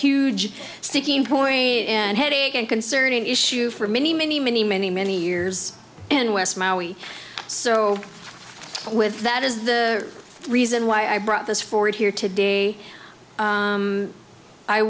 huge sticking point and headache and concerning issue for many many many many many years and west so with that is the reason why i brought this forward here today